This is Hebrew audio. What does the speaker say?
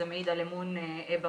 זה מעיד על אמון במערכת.